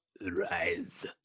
Rise